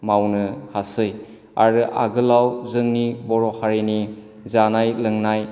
मावनो हासै आरो आगोलाव जोंनि बर' हारिनि जानाय लोंनाय